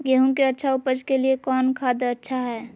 गेंहू के अच्छा ऊपज के लिए कौन खाद अच्छा हाय?